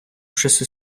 часи